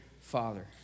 Father